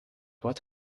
what